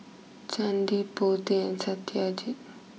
Chandi Potti and Satyajit